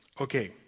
Okay